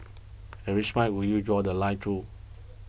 at which point would you draw The Line true